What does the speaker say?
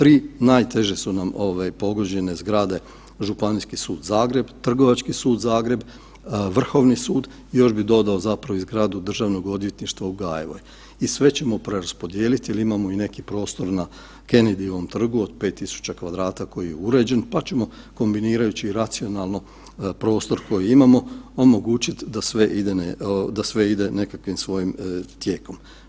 3 najteže su nam pogođene zgrade Županijski sud Zagreb, Trgovački sud Zagreb, Vrhovni sud, još bih dodao zapravo i zgradu Državnog odvjetništva u Gajevoj i sve ćemo preraspodijeliti jer imamo i neki prostor na Kennedyevom trgu od 5 tisuća kvadrata koji je uređen pa ćemo kombinirajući racionalno prostor koji imamo, omogućiti da sve ide nekakvim svojim tijekom.